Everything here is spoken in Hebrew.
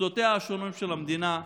מוסדותיה השונים של המדינה,